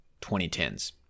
2010s